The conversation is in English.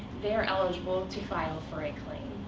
they are eligible to file for a claim.